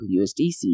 USDC